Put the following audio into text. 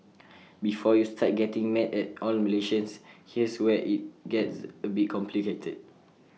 before you start getting mad at all Malaysians here's where IT gets A bit complicated